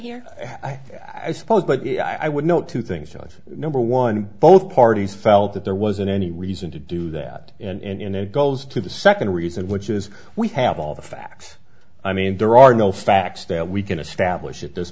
here i suppose but i would note two things i think number one both parties felt that there wasn't any reason to do that and it goes to the second reason which is we have all the facts i mean there are no facts that we can establish at this